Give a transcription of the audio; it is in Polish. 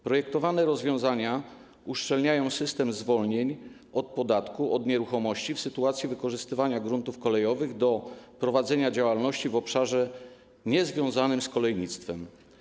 Projektowane rozwiązania uszczelniają system zwolnień od podatku od nieruchomości w sytuacji wykorzystywania gruntów kolejowych do prowadzenia działalności w obszarze niezwiązanym z kolejnictwem.